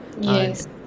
Yes